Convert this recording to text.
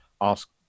ask